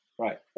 right